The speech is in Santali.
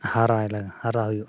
ᱦᱟᱨᱟᱭ ᱞᱟᱜᱟᱜᱼᱟ ᱦᱟᱨᱟ ᱦᱩᱭᱩᱜᱼᱟ